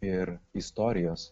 ir istorijos